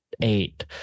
eight